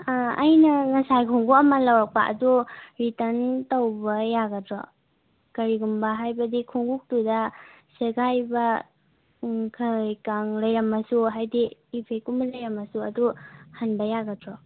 ꯑꯥ ꯑꯩꯅ ꯉꯁꯥꯏ ꯈꯣꯡꯎꯞ ꯑꯃ ꯂꯧꯔꯛꯄ ꯑꯗꯣ ꯔꯤꯇꯟ ꯇꯧꯕ ꯌꯥꯒꯗ꯭ꯔꯣ ꯀꯔꯤꯒꯨꯝꯕ ꯍꯥꯏꯕꯗꯤ ꯈꯣꯡꯎꯞꯇꯨꯗ ꯁꯦꯒꯥꯏꯕ ꯂꯩꯔꯝꯃꯁꯨ ꯍꯥꯏꯗꯤ ꯏꯐꯦꯛꯀꯨꯝꯕ ꯂꯩꯔꯝꯃꯁꯨ ꯑꯗꯨ ꯍꯟꯕ ꯌꯥꯒꯗ꯭ꯔꯣ